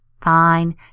Fine